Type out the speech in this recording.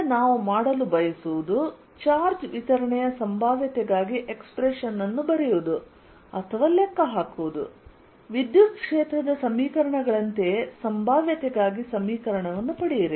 ಮುಂದೆ ನಾವು ಮಾಡಲು ಬಯಸುವುದು ಚಾರ್ಜ್ ವಿತರಣೆಯ ಸಂಭಾವ್ಯತೆಗಾಗಿ ಎಕ್ಸ್ಪ್ರೆಶನ್ ಅನ್ನು ಬರೆಯುವುದು ಅಥವಾ ಲೆಕ್ಕಹಾಕುವುದು ವಿದ್ಯುತ್ ಕ್ಷೇತ್ರದ ಸಮೀಕರಣಗಳಂತೆಯೇ ಸಂಭಾವ್ಯತೆಗಾಗಿ ಸಮೀಕರಣವನ್ನು ಪಡೆಯಿರಿ